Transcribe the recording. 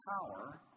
power